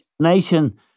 Nation